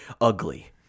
ugly